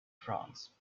france